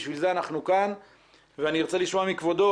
בשביל זה אנחנו כאן ואני ארצה לשמוע מכבודו